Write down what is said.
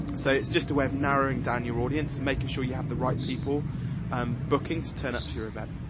so, it's just a way of narrowing down your audience, and making sure you have the right people um booking to turn up to your event.